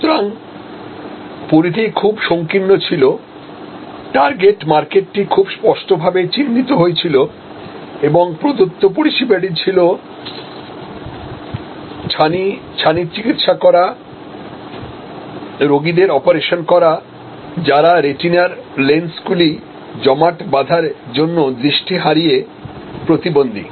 সুতরাং পরিধি খুব সংকীর্ণ ছিল টার্গেট মার্কেটটি খুব স্পষ্টভাবে চিহ্নিত হয়েছিল এবং প্রদত্ত পরিষেবাটি ছিল ছানি ছানির চিকিৎসা করা রোগীদের অপারেশন করা যারা রেটিনার লেন্সগুলি জমাট বাঁধার জন্য দৃষ্টি হারিয়ে প্রতিবন্ধী